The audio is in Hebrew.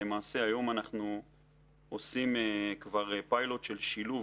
למעשה היום אנחנו עושים כבר פיילוט של שילוב